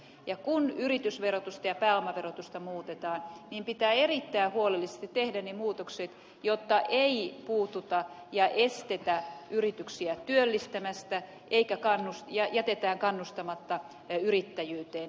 kun yritysverotusta ja pääomaverotusta muutetaan niin pitää erittäin huolellisesti tehdä ne muutokset jotta ei estetä yrityksiä työllistämästä ja jätetä kannustamatta yrittäjyyteen